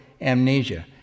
amnesia